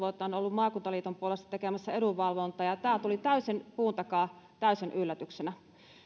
maakuntaliiton puolesta tekemässä edunvalvontaa ja tämä tuli täysin puun takaa täysin yllätyksenä